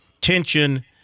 tension